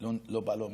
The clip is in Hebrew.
לא באה לו מהכיס?